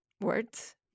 Words